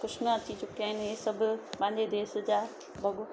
कुझु न अची चुकिया आहिनि हीअ सभु पंहिंजे देश जा भग